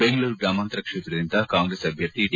ಬೆಂಗಳೂರು ಗ್ರಾಮಾಂತರ ಕ್ಷೇತ್ರದಿಂದ ಕಾಂಗ್ರೆಸ್ ಅಭ್ಯರ್ಥಿ ಡಿ